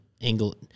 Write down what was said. angle